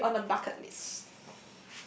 it should be on the bucket list